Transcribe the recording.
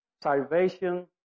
salvation